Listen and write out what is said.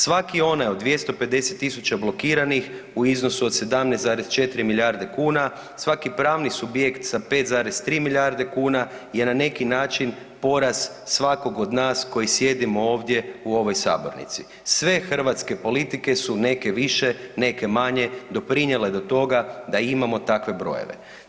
Svaki onaj od 250.000 blokiranih u iznosu od 17,4 milijarde kuna, svaki pravni subjekt s 5,3 milijarde kuna je na neki način poraz svakog od nas koji sjedimo ovdje u ovoj sabornici, sve hrvatske politike su neke više, neke manje doprinijele do toga da imamo takve brojeve.